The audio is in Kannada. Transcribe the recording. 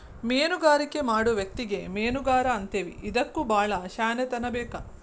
ಮೇನುಗಾರಿಕೆ ಮಾಡು ವ್ಯಕ್ತಿಗೆ ಮೇನುಗಾರಾ ಅಂತೇವಿ ಇದಕ್ಕು ಬಾಳ ಶ್ಯಾಣೆತನಾ ಬೇಕ